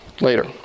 later